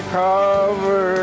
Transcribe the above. cover